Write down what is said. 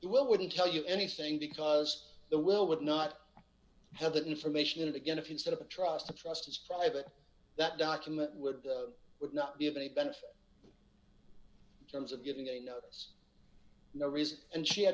will wouldn't tell you anything because the will would not have that information again if you set up a trust a trust as private that document would be would not be of any benefit in terms of giving a no is no reason and she had